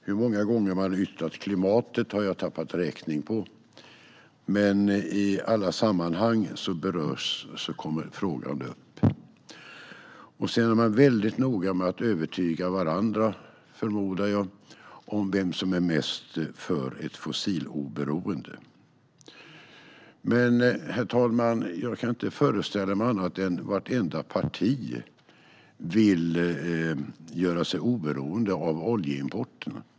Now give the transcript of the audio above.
Hur många gånger man har yttrat "klimatet" har jag tappat räkningen på, men frågan kommer upp i alla sammanhang. Sedan är man väldigt noga med att övertyga varandra, förmodar jag, om vem som är mest för ett fossiloberoende. Jag kan dock inte föreställa mig annat, herr talman, än att vartenda parti vill göra sig oberoende av oljeimporterna.